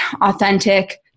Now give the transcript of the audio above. authentic